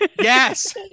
yes